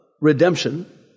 redemption